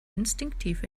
instinktiv